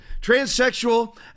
Transsexual